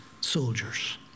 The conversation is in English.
soldiers